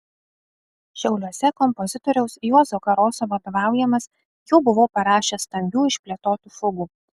šiauliuose kompozitoriaus juozo karoso vadovaujamas jau buvau parašęs stambių išplėtotų fugų